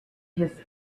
his